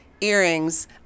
earrings